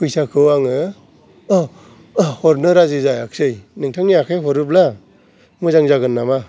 फैसाखौ आङो हरनो राजि जायाखिसै नोंथांनि आखायाव हरोब्ला मोजां जागोन नामा